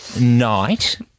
night